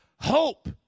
hope